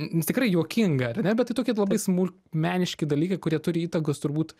nes tikrai juokinga ar ne bet tai tokie labai smulkmeniški dalykai kurie turi įtakos turbūt